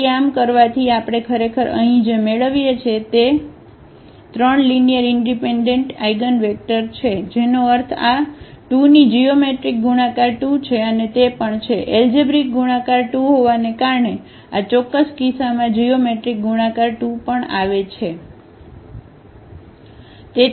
તેથી આમ કરવાથી આપણે ખરેખર અહીં જે મેળવીએ છીએ તે મેળવીએ છીએ 3 લીનીઅરઇનડિપેન્ડન્ટ આઇગનવેક્ટર જેનો અર્થ આ 2 ની જીઓમેટ્રિક ગુણાકાર 2 છે અને તે પણ છે એલજેબ્રિક ગુણાકાર 2 હોવાને કારણે આ ચોક્કસ કિસ્સામાં જીઓમેટ્રિક ગુણાકાર 2 પણ આવે છે